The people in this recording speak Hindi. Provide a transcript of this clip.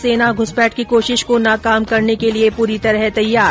सेना घुसपैठ की कोशिश को नाकाम करने के लिए पूरी तरह तैयार